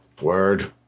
Word